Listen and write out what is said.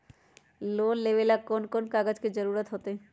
Loan लेवेला कौन कौन कागज के जरूरत होतई?